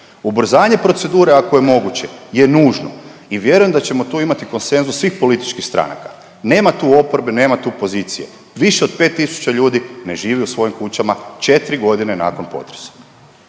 Ubrzanje procedure ako je moguće je nužno i vjerujem da ćemo tu imati konsenzus svih političkih stranaka, nema tu oporbe, nema tu pozicije. Više od 5 tisuća ljudi ne živi u svojim kućama 4 godine nakon potresa.